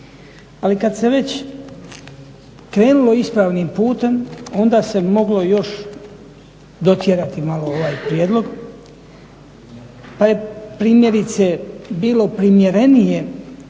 Ali kad se već krenulo ispravnim putem onda se moglo još dotjerati ovaj prijedlog pa je primjerice bilo primjernije